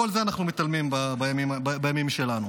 מכל זה אנחנו מתעלמים בימים שלנו.